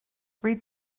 read